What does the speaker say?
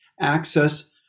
access